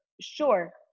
Sure